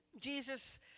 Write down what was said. Jesus